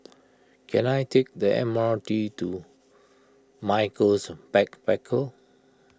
can I take the M R T to Michaels Backpackers